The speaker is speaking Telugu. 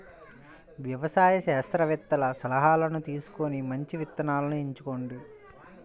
వ్యవసాయ శాస్త్రవేత్తల సలాహాను తీసుకొని మంచి విత్తనాలను ఎంచుకోండి